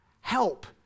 help